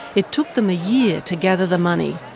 it took them a year to gather the money,